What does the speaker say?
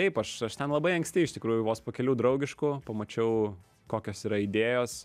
taip aš aš ten labai anksti iš tikrųjų vos po kelių draugiškų pamačiau kokios yra idėjos